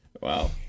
Wow